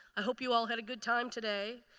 i hope you all had a good time today.